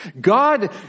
God